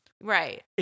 right